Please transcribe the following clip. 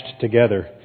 together